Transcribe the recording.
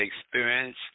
experience